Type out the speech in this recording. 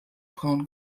braun